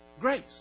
Grace